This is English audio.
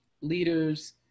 leaders